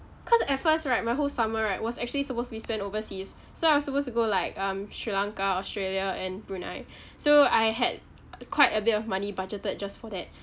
cause at first right my whole summer right was actually supposed to be spent overseas so I was supposed to go like um sri lanka australia and brunei so I had quite a bit of money budgeted just for that